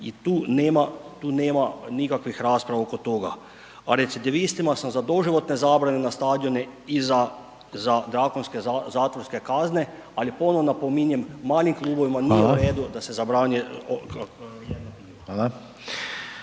i tu nema nikakvih rasprava oko toga. A recidivistima sam za doživotne zabrane na stadione i za drakonske zatvorske kazne. Ali ponovno napominjem, malim klubovima nije u redu da se zabrani … /ne